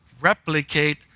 replicate